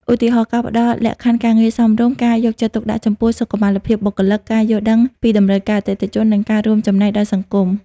ឧទាហរណ៍ ការផ្ដល់លក្ខខណ្ឌការងារសមរម្យ ការយកចិត្តទុកដាក់ចំពោះសុខុមាលភាពបុគ្គលិក ការយល់ដឹងពីតម្រូវការអតិថិជន និងការរួមចំណែកដល់សង្គម។